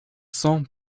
cents